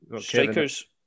Strikers